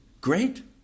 Great